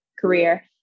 career